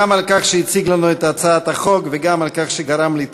גם על כך שהציג לנו את הצעת החוק וגם על כך שגרם לי תענוג.